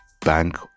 Bank